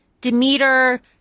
Demeter